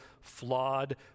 flawed